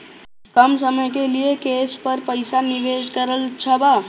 कम समय के लिए केस पर पईसा निवेश करल अच्छा बा?